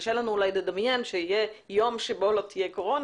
קשה לנו אולי לדמיין שיהיה יום שבו לא תהיה קורונה,